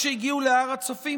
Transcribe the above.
כיוון שהגיעו להר הצופים,